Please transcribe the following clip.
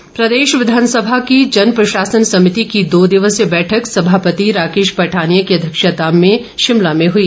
समिति बैठक प्रदेश विधानसभा की जन प्रशासन समिति की दो दिवसीय बैठक सभापति राकेश पठानिया की अध्यक्षता में शिमला में हुई